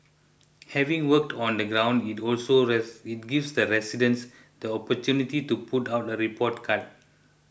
having worked on the ground it also that it gives that residents the opportunity to put out a report card